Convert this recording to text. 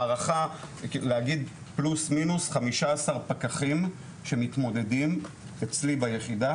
ההערכה היא פלוס מינוס 15 פקחים שמתמודדים אצלי ביחידה